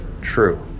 true